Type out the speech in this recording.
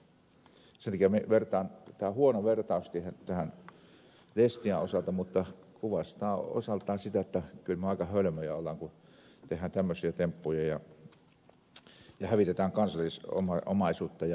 sen takia minä vertaan tämä on huono vertaus tehdä tähän destiaan mutta kuvastaa osaltaan sitä jotta kyllä me aika hölmöjä olemme kun teemme tämmöisiä temppuja ja hävitämme kansallisomaisuutta ja osaamista